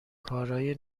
کارای